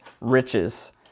riches